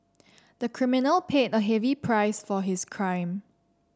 the criminal paid a heavy price for his crime